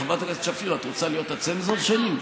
חברת הכנסת שפיר, את רוצה להיות הצנזור שלי?